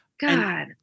God